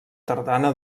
tardana